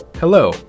Hello